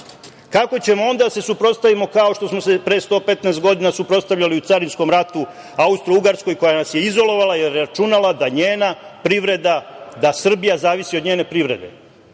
Kako ćemo onda da se suprotstavimo, kao što smo se pre 115 godina suprotstavljali u carinskom ratu Austrougarskoj koja nas je izolovala, jer je računala da njena privreda, da Srbija zavisi od njene privrede?